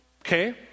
Okay